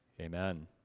amen